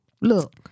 Look